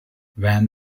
van